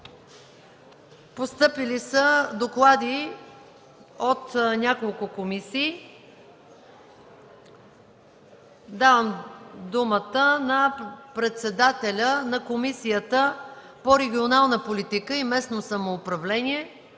Постъпили са доклади от няколко комисии. Давам думата на председателя на Комисията по регионална политика и местно самоуправление